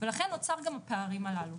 ולכן נוצרים גם הפערים הללו,